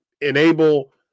enable